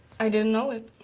i didn't know it.